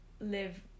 live